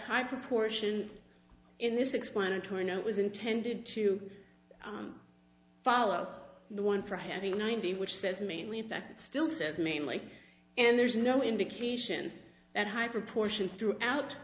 high proportion in this explanatory no it was intended to follow the one for having ninety which says mainly in fact it still says mainly and there's no indication that high proportion throughout